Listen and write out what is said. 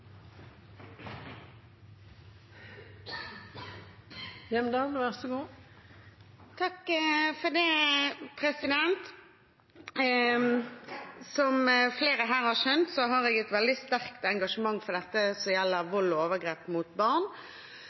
Som flere her har skjønt, har jeg et veldig sterkt engasjement for dette som gjelder vold og overgrep mot barn.